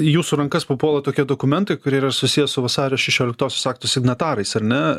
į jūsų rankas papuola tokie dokumentai kurie yra susiję su vasario šešioliktosios akto signatarais ar ne